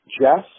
Jess